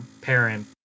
parent